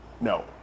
No